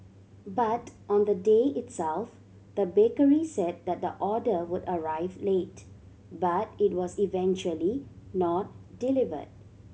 but on the day itself the bakery said that the order would arrive late but it was eventually not delivered